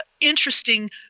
interesting